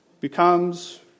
becomes